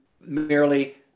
merely